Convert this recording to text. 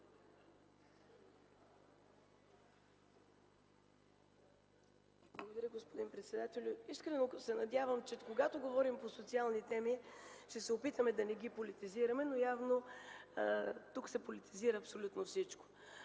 Благодаря, господин председателю. Искрено се надявам, че когато говорим по социални теми, ще се опитаме да не ги политизираме, но явно тук абсолютно всичко